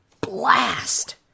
Blast